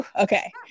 okay